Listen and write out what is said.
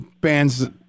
bands